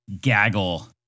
gaggle